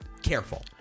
Careful